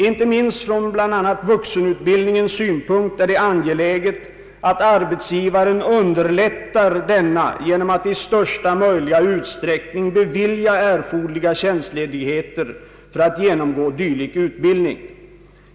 Inte minst från bl.a. vuxenutbildningens synpunkt är det angeläget att arbetsgivaren underlättar denna genom att i största möjliga utsträckning bevilja erforderliga tjänstledigheter för att genomgå dylik utbildning.